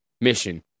mission